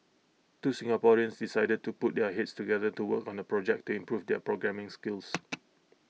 two Singaporeans decided to put their heads together to work on A project to improve their programming skills